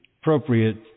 appropriate